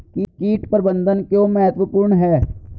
कीट प्रबंधन क्यों महत्वपूर्ण है?